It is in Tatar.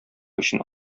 өчен